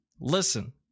listen